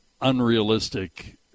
unrealistic